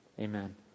amen